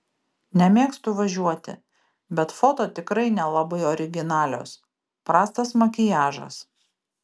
nemėgstu važiuoti bet foto tikrai nelabai originalios prastas makiažas